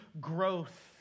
growth